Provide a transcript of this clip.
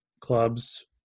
clubs